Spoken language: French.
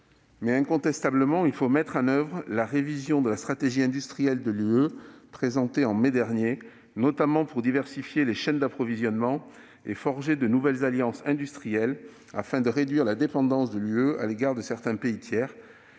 mais, incontestablement, il faut mettre en oeuvre la mise à jour de la stratégie industrielle de l'Union européenne présentée en mai dernier, notamment pour diversifier les chaînes d'approvisionnement et forger de nouvelles alliances industrielles. Cela permettra de réduire la dépendance de l'Union à l'égard de certains pays tiers,